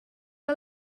que